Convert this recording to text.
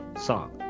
song